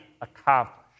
accomplished